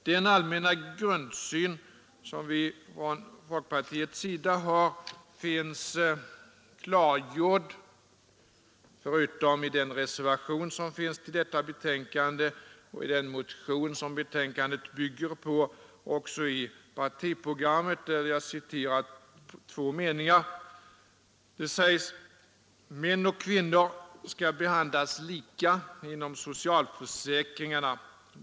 Den allmänna grundsyn som vi från folkpartiets sida har finns klargjord, förutom i den reservation som har fogats till detta betänkande och i den motion som reservationen bygger på, också i partiprogrammet, där det sägs: ”Män och kvinnor skall behandlas lika inom socialförsäkringarna.